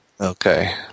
Okay